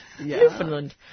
Newfoundland